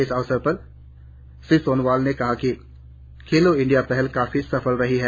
इस अवसर पर श्री सोनोवाल ने कहा कि खेलो इंडिया पहल काफी सफल रही है